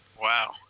Wow